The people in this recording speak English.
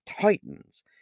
titans